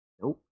Nope